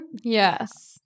Yes